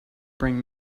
bring